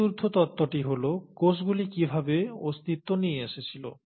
চতুর্থ তত্ত্বটি হল 'কোষগুলি কিভাবে অস্তিত্ব নিয়ে এসেছিল'